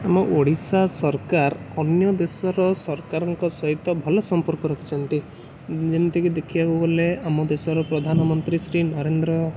ଆମ ଓଡ଼ିଶା ସରକାର ଅନ୍ୟଦେଶର ସରକାରଙ୍କ ସହିତ ଭଲ ସମ୍ପର୍କ ରଖିଛନ୍ତି ଯେମିତି କି ଦେଖିବାକୁ ଗଲେ ଆମ ଦେଶର ପ୍ରଧାନମନ୍ତ୍ରୀ ଶ୍ରୀ ନରେନ୍ଦ୍ର